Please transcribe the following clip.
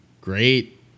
Great